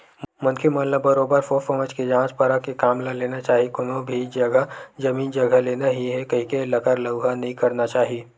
मनखे मन ल बरोबर सोझ समझ के जाँच परख के काम ल लेना चाही कोनो भी जघा जमीन जघा लेना ही हे कहिके लकर लउहा नइ करना चाही